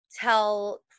tell